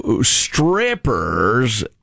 strippers